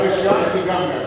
גם לש"ס וגם,